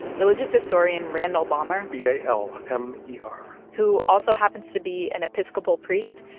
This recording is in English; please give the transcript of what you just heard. religious historian randall balmer. b a l m e r. who also happens to be an episcopal priest,